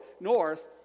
north